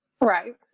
Right